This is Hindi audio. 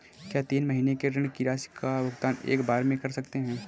क्या तीन महीने के ऋण की राशि का भुगतान एक बार में कर सकते हैं?